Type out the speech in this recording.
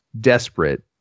desperate